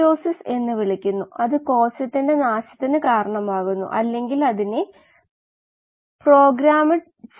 fed batch operation ചെയ്യുന്നതിന് ഒരു കാരണമുണ്ട് ഒരു വ്യവസായത്തിലെ ഏറ്റവും സാധാരണമായ പ്രക്രിയയാണിത്